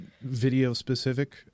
video-specific